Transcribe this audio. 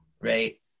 right